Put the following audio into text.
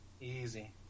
Easy